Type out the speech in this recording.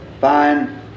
fine